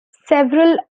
several